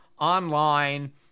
online